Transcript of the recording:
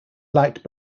liked